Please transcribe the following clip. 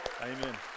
Amen